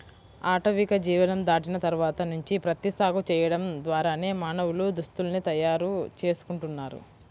ఆటవిక జీవనం దాటిన తర్వాత నుంచి ప్రత్తి సాగు చేయడం ద్వారానే మానవులు దుస్తుల్ని తయారు చేసుకుంటున్నారు